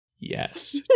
yes